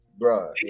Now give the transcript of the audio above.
bruh